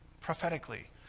prophetically